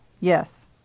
Yes